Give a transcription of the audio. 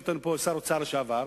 יושב אתנו פה שר האוצר לשעבר,